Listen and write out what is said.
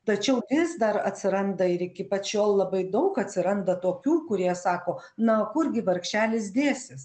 tačiau vis dar atsiranda ir iki pat šiol labai daug atsiranda tokių kurie sako na kurgi vargšelis dėsis